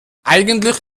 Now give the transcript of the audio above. eigentlich